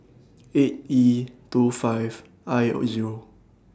eight E two five I Zero